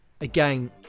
again